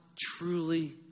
truly